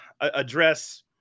address